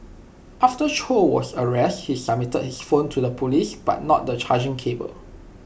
after chow was arrested he submitted his phone to the Police but not the charging cable